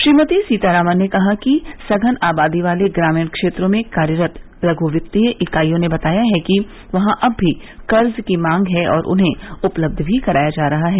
श्रीमती सीतारामन ने कहा कि सघन आबादी वाले ग्रामीण क्षेत्रों में कार्यरत लघ् वित्तीय इकाईयों ने बताया है कि वहां अब भी कर्ज की मांग है और उन्हें उपलब्ध भी कराया जा रहा है